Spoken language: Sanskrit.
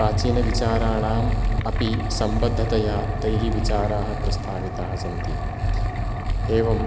प्राचीनविचाराणाम् अपि सम्बद्धतया तैः विचाराः प्रस्ताविताः सन्ति एवं